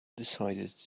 decided